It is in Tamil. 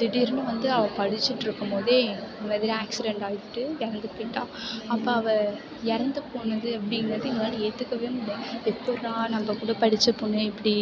திடீர்னு வந்து அவ படிச்சுட்டு இருக்கும்போதே இந்தமாதிரி ஆக்சிடெண்ட் ஆகிட்டு இறந்து போயிட்டாள் அப்போ அவள் இறந்து போனது அப்படிங்கிறத எங்களால் ஏற்றுக்கவே முடியல எப்பிட்ரா நம்ம கூட படித்த பொண்ணு இப்படி